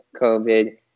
COVID